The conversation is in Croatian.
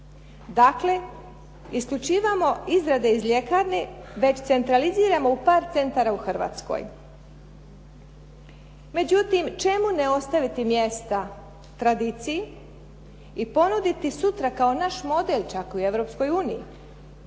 Dakle, isključujemo izrade iz ljekarne već centraliziramo u par centara u Hrvatskoj. Međutim, čemu ne ostaviti mjesta tradiciji i ponuditi sutra kao naš model čak u